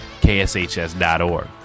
kshs.org